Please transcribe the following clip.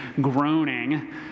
groaning